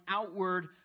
outward